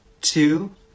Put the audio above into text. Two